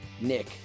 nick